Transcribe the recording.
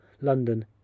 London